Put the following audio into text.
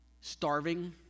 starving